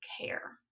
care